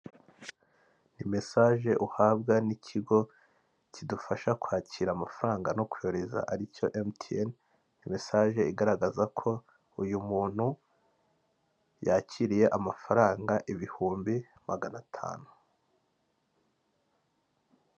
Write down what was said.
Ni mesaje uhabwa n'ikigo kidufasha kwakira amafaranga no kohereza aricyo emutiyene, ni mesaje igaragaza ko uyu muntu yakiriye amafaranga ibihumbi magana atanu.